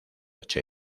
che